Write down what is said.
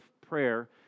prayer